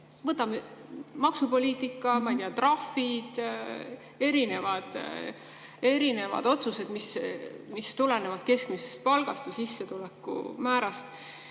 Võtame maksupoliitika, trahvid, erinevad otsused, mis tulenevad keskmisest palgast või sissetuleku määrast.